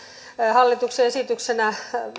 hallituksen esityksenä